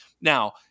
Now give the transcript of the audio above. now